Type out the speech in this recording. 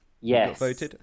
Yes